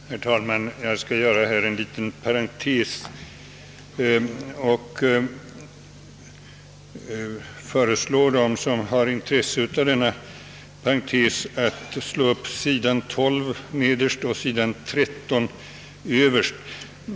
Herr talman! Jag skall göra en liten parentes, och de kammarledamöter som har intresse av den ber jag att slå upp sidorna 12 och 13 i utskottets utlåtande nr 9.